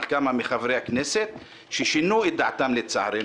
כמה מחברי הכנסת ששינו את דעתכם לצערנו.